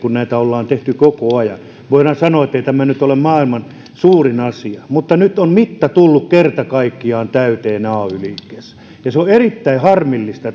kun näitä ollaan tehty koko ajan voidaan sanoa että ei tämä nyt ole maailman suurin asia mutta nyt on mitta tullut kerta kaikkiaan täyteen ay liikkeessä se on on erittäin harmillista